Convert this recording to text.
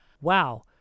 wow